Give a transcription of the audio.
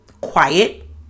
quiet